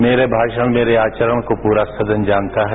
मेरे भाषण मेरे आचरण को पूरा सदन जानता है